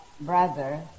brother